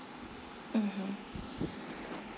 mmhmm